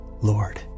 lord